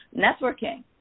networking